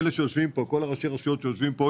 כל ראשי הרשויות שיושבים כאן,